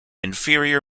inferior